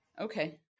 Okay